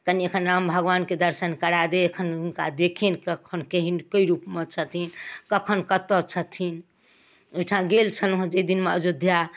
कनि एखन राम भगवानके दर्शन करा दे एखन हुनका देखिअनि कखन केहन कएक रूपमे छथिन कखन कतऽ छथिन ओहिठाम गेल छलहुँ हँ जाहि दिनमे अयोध्या